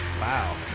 wow